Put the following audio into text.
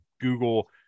Google